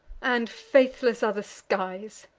and faithless are the skies!